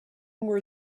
were